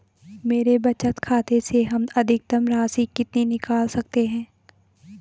मेरे बचत खाते से हम अधिकतम राशि कितनी निकाल सकते हैं?